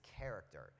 character